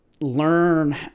learn